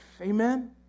Amen